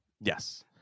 Yes